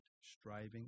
striving